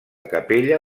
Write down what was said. capella